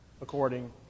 according